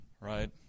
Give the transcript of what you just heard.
right